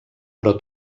però